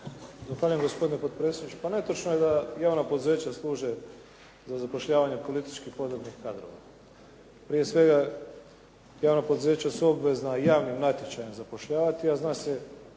Zahvaljujem gospodine potpredsjedniče. Pa netočno je da javna poduzeća služe za zapošljavanje politički podrobnih kadrova. Prije svega, javna poduzeća su obvezna javnim natječajem zapošljavati